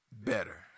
better